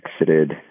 exited